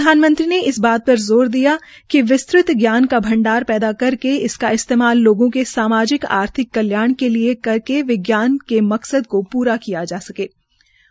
प्रधानमंत्री ने इस बात पर जोर दिया कि विस्तृत ज्ञान के भंडार पैदा करके इसका इस्तेमाल लोगों के सामाजिक आर्थिक कल्याण के लिये करके विज्ञान के मकसद को पूरा किया जा सकता है